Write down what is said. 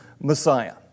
messiah